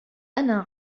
أنا